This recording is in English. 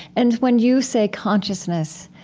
and when you say consciousness,